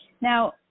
Now